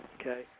okay